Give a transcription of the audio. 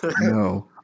No